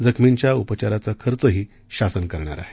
जखमींच्या उपचाराचा खर्चही शासन करणार आहे